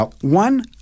One